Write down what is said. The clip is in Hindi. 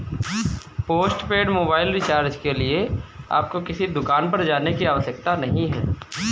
पोस्टपेड मोबाइल रिचार्ज के लिए आपको किसी दुकान पर जाने की आवश्यकता नहीं है